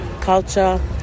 culture